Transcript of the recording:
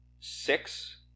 six